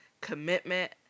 commitment